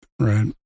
right